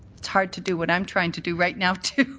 hard to do what i'm trying to do right now too.